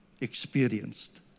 experienced